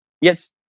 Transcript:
Yes